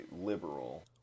liberal